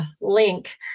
link